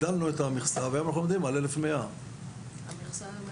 הגדלנו את המכסה והיום אנחנו עומדים כל 1,110. אליעזר,